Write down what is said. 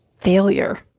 failure